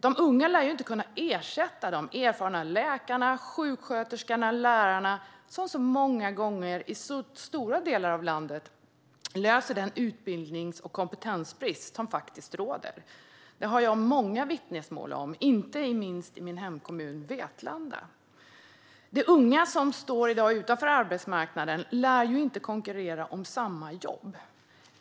De unga lär ju inte kunna ersätta de erfarna läkare, sjuksköterskor och lärare som många gånger, i stora delar av landet, löser den utbildnings och kompetensbrist som faktiskt råder. Detta har jag många vittnesmål om, inte minst i min hemkommun Vetlanda. De unga som i dag står utanför arbetsmarknaden lär inte konkurrera om samma jobb.